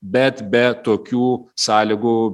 bet be tokių sąlygų